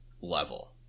level